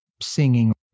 singing